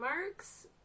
marks